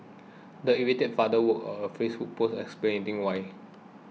the irate father wrote a Facebook post explaining why